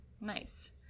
Nice